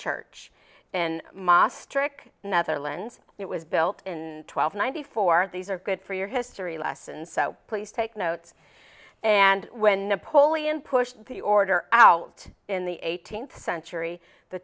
church in maastricht netherlands it was built in twelve ninety four these are good for your history lessons so please take note and when the pulley and push the order out in the eighteenth century the